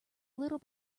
little